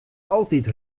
altyd